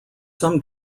some